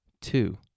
two